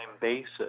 basis